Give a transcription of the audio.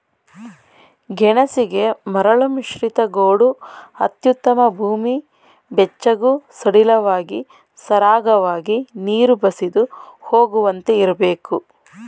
ಗೆಣಸಿಗೆ ಮರಳುಮಿಶ್ರಿತ ಗೋಡು ಅತ್ಯುತ್ತಮ ಭೂಮಿ ಬೆಚ್ಚಗೂ ಸಡಿಲವಾಗಿ ಸರಾಗವಾಗಿ ನೀರು ಬಸಿದು ಹೋಗುವಂತೆ ಇರ್ಬೇಕು